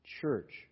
church